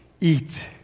eat